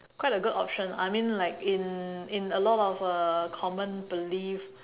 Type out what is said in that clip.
quite a good option I mean like in in a lot of uh common belief